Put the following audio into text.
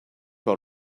par